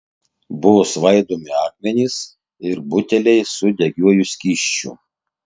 buvo svaidomi akmenys ir buteliai su degiuoju skysčiu